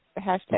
hashtag